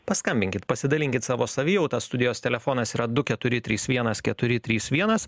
paskambinkit pasidalinkit savo savijauta studijos telefonas yra du keturi trys vienas keturi trys vienas